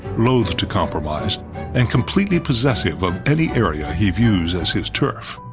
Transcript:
loath to compromise and completely possessive of any area he views as his turf.